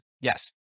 Yes